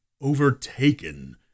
overtaken